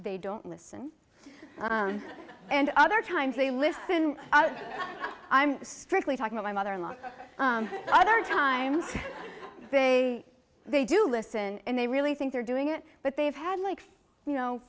they don't listen and other times they listen i'm strictly talking of my mother in law other times they they do listen and they really think they're doing it but they've had like you know